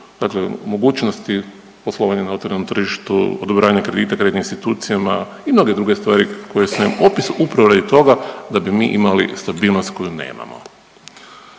dakle mogućnosti poslovanja na otvorenom tržištu, odobravanje kredita kreditnim institucijama i mnoge druge stvari koje svojim opisom upravo radi toga da bi mi imali stabilnost koju nemamo.